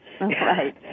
Right